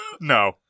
No